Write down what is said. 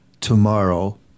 tomorrow